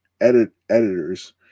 editors